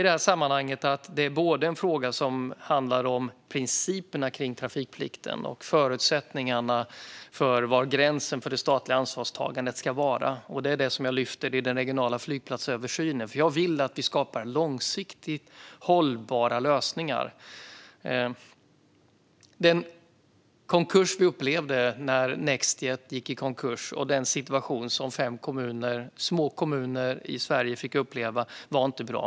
Det här är en fråga som handlar både om principerna kring trafikplikten och om var gränsen ska gå för det statliga ansvarstagandet. Det är det som jag lyfter fram i den regionala flygplatsöversynen, för jag vill att vi ska skapa långsiktigt hållbara lösningar. Det vi upplevde när Nextjet gick i konkurs och den situation som fem små kommuner i Sverige fick uppleva var inte bra.